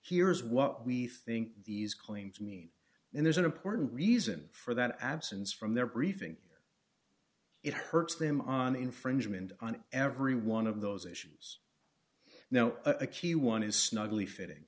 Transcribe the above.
here's what we think these claims mean and there's an important reason for that absence from their briefing it hurts them on infringement on every one of those issues now a key one is snugly fitting